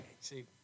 See